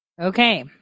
Okay